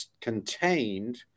contained